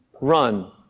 run